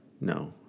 No